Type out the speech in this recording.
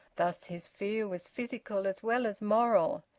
thus his fear was physical as well as moral.